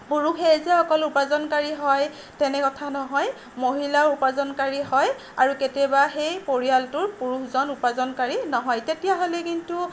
পুৰুষেই যে অকল উপাৰ্জনকাৰী হয় তেনে কথা নহয় মহিলাও উপাৰ্জনকাৰী হয় আৰু কেতিয়াবা সেই পৰিয়ালটোৰ পুৰুষজন উপাৰ্জনকাৰী নহয় তেতিয়াহ'লে কিন্তু